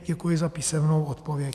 Děkuji za písemnou odpověď.